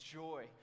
joy